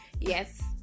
Yes